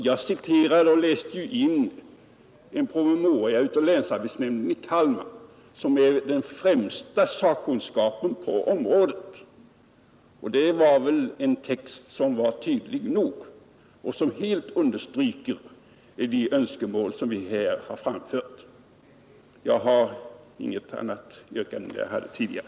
Jag citerade en promemoria av länsarbetsnämnden i Kalmar, som är den främsta sakkunskapen på området. Det är väl en text som är tydlig nog och som helt understryker de önskemål som vi här har framfört. Jag har inget annat yrkande än jag hade tidigare.